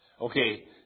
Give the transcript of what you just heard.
Okay